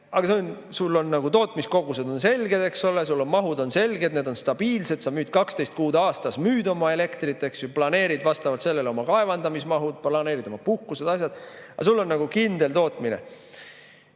aga sul on tootmiskogused selged, eks ole, sul on mahud selged, need on stabiilsed, sa 12 kuud aastas müüd oma elektrit, planeerid vastavalt sellele oma kaevandamismahud, planeerid oma puhkused, asjad, aga sul on nagu kindel tootmine